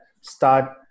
start